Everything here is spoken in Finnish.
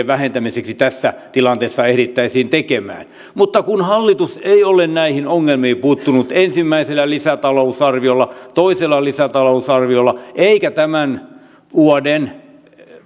vähentämiseksi tässä tilanteessa ehdittäisiin tekemään mutta kun hallitus ei ole näihin ongelmiin puuttunut ensimmäisellä lisätalousarviolla toisella lisätalousarviolla eikä tämän vuoden